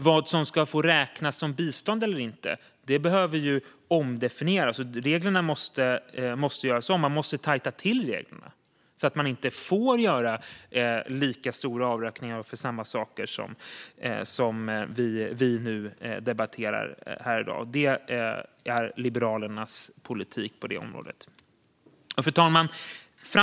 Vad som ska få räknas som bistånd eller inte behöver alltså omdefinieras, och reglerna måste göras om. Man måste tajta till reglerna så att det inte går att göra lika stora avräkningar för de saker som vi debatterar här i dag. Det är Liberalernas politik på det området. Fru talman!